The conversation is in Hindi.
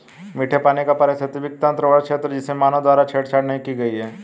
मीठे पानी का पारिस्थितिकी तंत्र वह क्षेत्र है जिसमें मानव द्वारा छेड़छाड़ नहीं की गई है